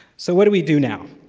so what do we do now?